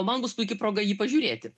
man bus puiki proga jį pažiūrėti